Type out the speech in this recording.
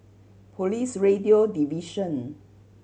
Police Radio Division